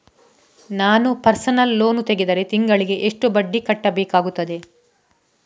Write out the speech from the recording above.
ನಾನು personal loan ತೆಗೆದರೆ ತಿಂಗಳಿಗೆ ಎಷ್ಟು ಬಡ್ಡಿ ಕಟ್ಟಬೇಕಾಗುತ್ತದೆ?